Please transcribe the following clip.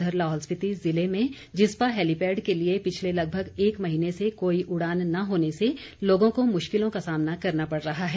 उधर लाहौल स्पीति जिले में जिस्पा हेलिपैड के लिए पिछले लगभग एक महीने से कोई उड़ान न होने से लोगों को मुश्किलों का सामना करना पड़ रहा हैं